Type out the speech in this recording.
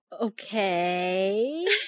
okay